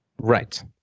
Right